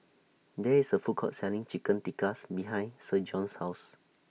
There IS A Food Court Selling Chicken Tikka's behind Spurgeon's House